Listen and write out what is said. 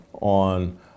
on